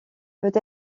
peut